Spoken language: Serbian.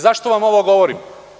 Zašto vam ovo govorim?